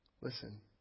Listen